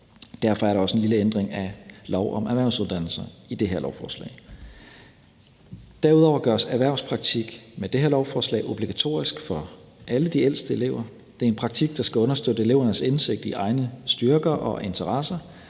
Derfor er der også en lille ændring af lov om erhvervsuddannelser i det her lovforslag. Derudover gøres erhvervspraktik med det her lovforslag obligatorisk for alle de ældste elever. Det er en praktik, der skal understøtte elevernes indsigt i egne styrker og interesser,